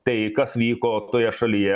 tai kas vyko toje šalyje